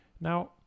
Now